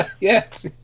Yes